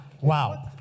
Wow